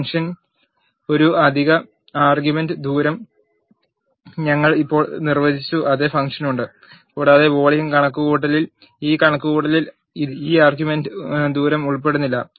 ഫംഗ്ഷനിൽ ഒരു അധിക ആർഗ്യുമെൻറ് ദൂരം ഞങ്ങൾ ഇപ്പോൾ നിർവചിച്ച അതേ ഫംഗ്ഷനുണ്ട് കൂടാതെ വോളിയം കണക്കുകൂട്ടലിൽ ഈ കണക്കുകൂട്ടലിൽ ഈ ആർഗ്യുമെന്റ് ദൂരം ഉൾപ്പെടുന്നില്ല